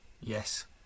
Yes